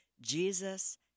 Jesus